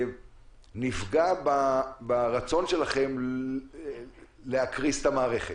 שנפגע ברצון שלכם לא להקריס את המערכת.